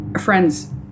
friends